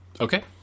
okay